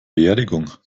beerdigung